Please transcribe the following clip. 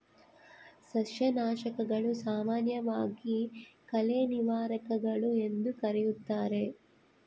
ಸಸ್ಯನಾಶಕಗಳು, ಸಾಮಾನ್ಯವಾಗಿ ಕಳೆ ನಿವಾರಕಗಳು ಎಂದೂ ಕರೆಯುತ್ತಾರೆ